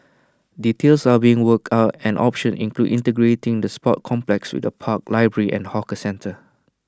details are being worked out and options include integrating the sports complex with A park library and hawker centre